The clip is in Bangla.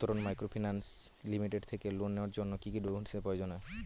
উত্তরন মাইক্রোফিন্যান্স লিমিটেড থেকে লোন নেওয়ার জন্য কি কি ডকুমেন্টস এর প্রয়োজন?